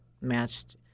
matched